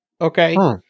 Okay